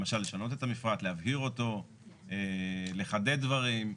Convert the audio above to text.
למשל, לשנות את המפרט, להבהיר אותו, לחדד דברים.